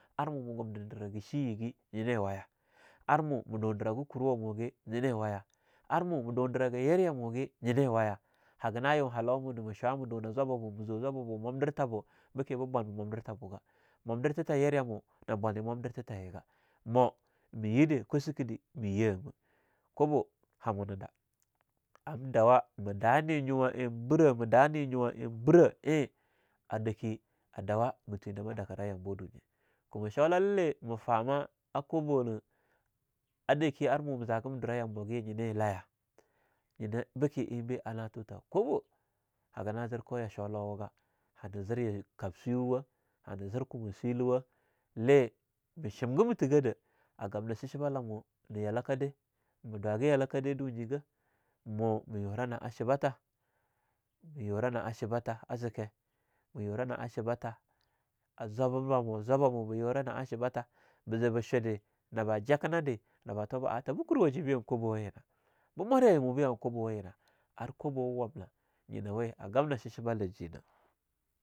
Ar mu ma gumdindragah shiyegah nyinai waya? Ar mo ma dundirgah kurewamu gi nyini waya? Ar mo ma dundirgah yeriyamu gi nyine waya? Hagah na yun halawa muna ma shwa ma dun zababamu, mah zwa zwababamo momdirtha bo beke bo bwambo momdirtha bugah. Mwamdirtha yera yamo na bwani mwamdirtha tayega. Mo mayide kwaskede me yimah, kwabo hamuna da am dawa ma dah ni nyuwa ein brah ma dah ninyua ein birah, en ar dake a dawa ma thwindama dakira yambawa dunye, kumah sholal le mah fama a kwabona a dake ar mu ma zage mah dura yambogi nyine laya? Nyina beke einbe anah tuta kobo haganah zir ko yasholowugah hana zirya kabswiwuwa hana zir kuma swiluwa le ma shimgah ma thigadah a gamna shishibalamo na yalakadee, ma dwaga yalakadee dunyi gah mu ma yurah na'a shibatha ma yura na'a shibatha a zike ma yurana'a shibatha a zwaba bamo zwaba bamu be yura na'a shibatha, ba ze ba shude naba jakina de, na ba tuwaba a, tabo kurewaje han kwabawayina, be mwarya mu ba han kobawayina, ar kwabah wa wamnah nyinah weagamnnah shishibala jina.